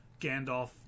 Gandalf